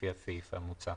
לפי הסעיף המוצע.